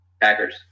Packers